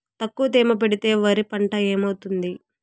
తక్కువ తేమ పెడితే వరి పంట ఏమవుతుంది